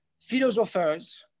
philosophers